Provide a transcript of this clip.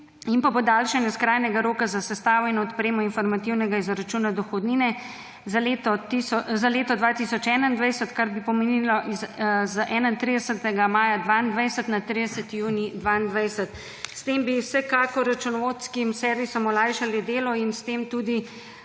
pa podaljšanje skrajnega roka za sestavo in odpremo informativnega izračuna dohodnine za leto 2021, kar bi pomenilo iz 31. maja 2022 na 30. junij 2022. S tem bi vsekakor računovodskim servisom olajšali delo in s tem tudi